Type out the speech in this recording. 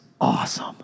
awesome